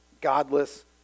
godless